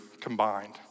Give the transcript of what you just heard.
combined